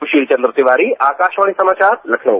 सुशील चन्द्र तिवारी आकाशवाणी समाचार लखनऊ